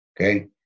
okay